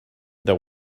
the